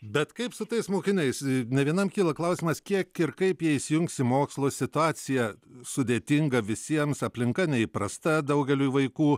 bet kaip su tais mokiniais ne vienam kyla klausimas kiek ir kaip jie įsijungs į mokslo situaciją sudėtinga visiems aplinka neįprasta daugeliui vaikų